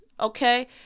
Okay